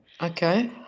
Okay